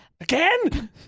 Again